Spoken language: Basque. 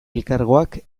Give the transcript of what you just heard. elkargoak